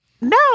no